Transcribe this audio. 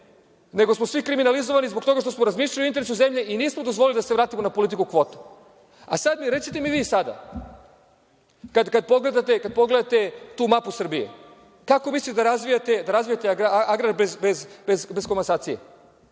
nego smo svi kriminalizovani zbog toga što smo razmišljali o interesu zemlje i nismo dozvolili da se vratimo na politiku kvota. Recite mi vi sada, kad pogledate tu mapu Srbije, kako mislite da razvijate agrar bez komasacije,